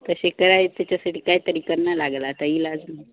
तसे कराय त्याच्यासाठी काय तरी करना लागेल आता इलाज ना